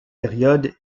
période